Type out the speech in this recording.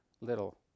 little